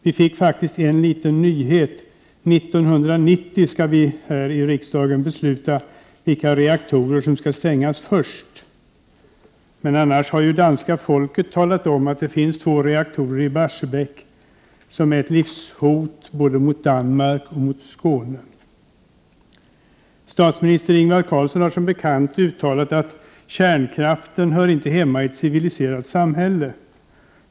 Vi fick faktiskt en liten nyhet: 1990 skall vi här i riksdagen besluta vilka reaktorer som skall stängas först. Annars har ju danska folket talat om att det finns två reaktorer i Barsebäck som är ett livshot mot både Danmark och Skåne. Statsminister Ingvar Carlsson har som bekant uttalat att kärnkraften inte hör hemma i ett civiliserat samhälle.